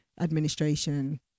administration